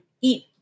eat